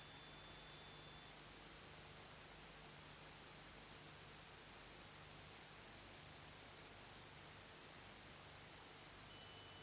Grazie